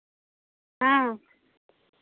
ᱦᱮᱸ